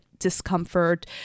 discomfort